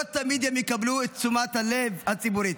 לא תמיד הם יקבלו את תשומת הלב הציבורית,